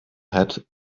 had